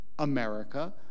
America